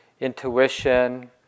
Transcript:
intuition